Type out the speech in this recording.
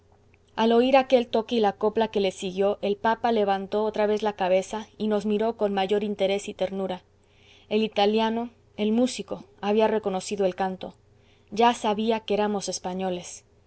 al oír aquel toque y la copla que le siguió el papa levantó otra vez la cabeza y nos miró con mayor interés y ternura el italiano el músico había reconocido el canto ya sabía que éramos españoles